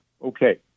Okay